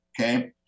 Okay